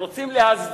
ובמידה שרוצים להסדיר